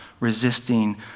resisting